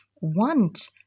want